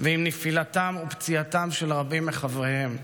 ועם נפילתם ופציעתם של רבים מחבריהם.